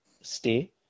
stay